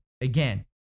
again